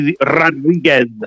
Rodriguez